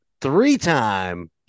three-time